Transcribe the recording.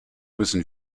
müssen